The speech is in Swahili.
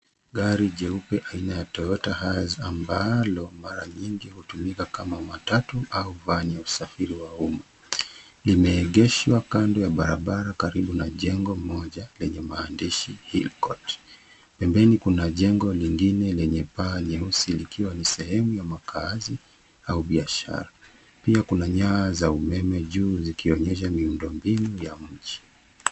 Gari jeupe aina ya Toyota jazz ambalo mara nyingi hutumika kama matatu au van ya usafiri wa umma. Lime egeshwa kando ya barabara karibu na jengo moja lenye maandishi Hill court . Pembeni kuna jengo lingine lenye paa nyeusi likiwa ni sehemu ya makaazi au biashara. Pia kuna nyaya za umeme juu ziki onyesha miundo mbinu.